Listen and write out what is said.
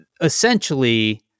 essentially